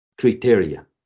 criteria